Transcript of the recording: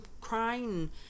crying